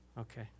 Okay